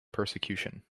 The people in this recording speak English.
persecution